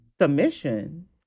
submission